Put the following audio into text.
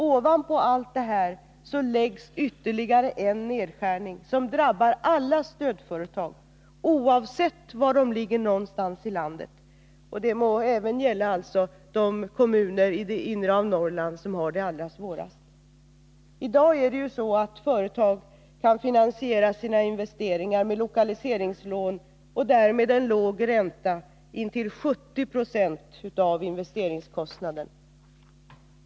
Ovanpå allt detta läggs ytterligare en nedskärning, som drabbar alla stödföretag oavsett var i landet de ligger. Det gäller alltså även de kommuner i det inre av Norrland som har det allra svårast. I dag kan företag finansiera sina investeringar med lokaliseringslån och därmed låg ränta intill 70 26 av investeringskostnaden.